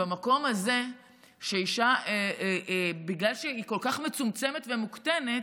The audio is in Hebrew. במקום הזה, בגלל שהאישה כל כך מצומצמת ומוקטנת,